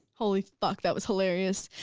holy fuck that was hilarious,